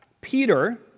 Peter